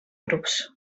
grups